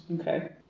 Okay